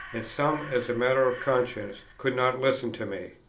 and some, as a matter of conscience, could not listen to me.